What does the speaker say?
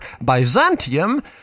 Byzantium